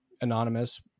Anonymous